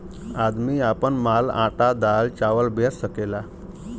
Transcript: आदमी आपन माल आटा दाल चावल बेच सकेला